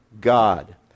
God